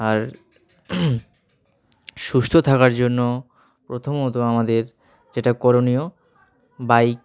আর সুস্থ থাকার জন্য প্রথমত আমাদের যেটা করণীয় বাইক